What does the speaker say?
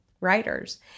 writers